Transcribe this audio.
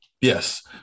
Yes